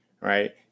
Right